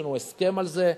יש לנו הסכם על זה.